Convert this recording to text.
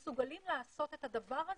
שמסוגלים לעשות את הדבר הזה,